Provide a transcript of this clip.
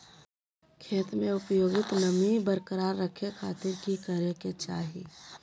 खेत में उपयुक्त नमी बरकरार रखे खातिर की करे के चाही?